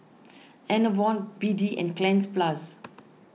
Enervon B D and Cleanz Plus